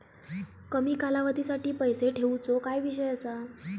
कमी कालावधीसाठी पैसे ठेऊचो काय विषय असा?